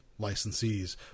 licensees